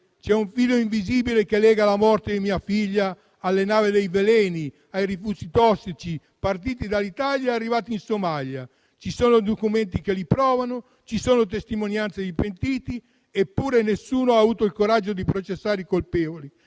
«C'è un filo invisibile che lega la morte di mia figlia alle navi dei veleni, ai rifiuti tossici partiti dall'Italia e arrivati in Somalia. Ci sono documenti che lo provano. Ci sono testimonianze dei pentiti. Eppure nessuno ha avuto il coraggio di processare i colpevoli.